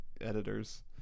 editors